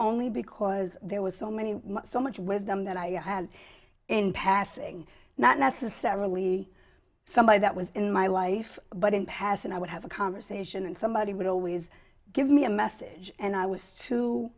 only because there was so many so much with them that i had in passing not necessarily somebody that was in my life but in passing i would have a conversation and somebody would always give me a message and i was too